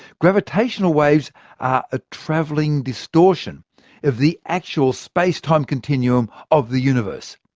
gravitational waves are a travelling distortion of the actual space-time continuum of the universe.